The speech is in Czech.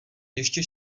ještě